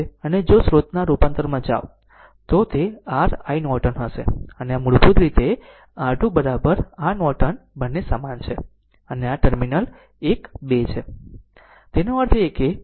અને જો સ્રોતના રૂપાંતર માં જાઓ તો તે r iNorton હશે અને આ r મૂળભૂત રીતે R2 R નોર્ટન બંને સમાન છે અને આ ટર્મિનલ 1 2 છે